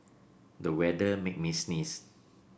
the weather made me sneeze